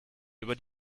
über